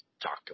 talk